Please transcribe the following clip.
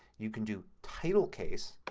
you can do title case.